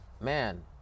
man